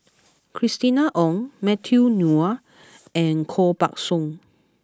Christina Ong Matthew Ngui and Koh Buck Song